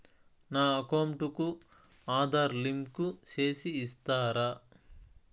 నా అకౌంట్ కు ఆధార్ లింకు సేసి ఇస్తారా?